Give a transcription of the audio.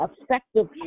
effective